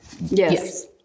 Yes